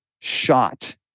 shot